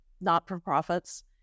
not-for-profits